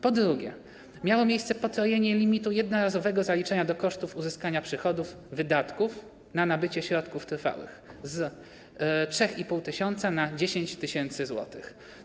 Po drugie, miało miejsce potrojenie limitu jednorazowego zaliczenia do kosztów uzyskania przychodów wydatków na nabycie środków trwałych - z 3,5 tys. do 10 tys. zł.